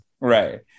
Right